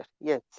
Yes